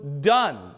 done